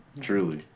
truly